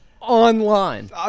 Online